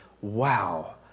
wow